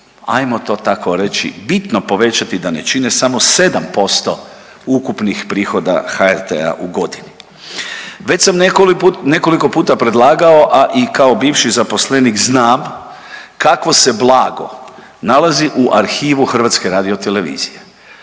ajmo to tako reći bitno povećati da ne čine samo 7% ukupnih prihoda HRT-a u godini? Već sam nekoliko puta predlagao, a i kao bivši zaposlenik znam kakvo se blago nalazi u arhivu HRT-a. Tu je